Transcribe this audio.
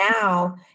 now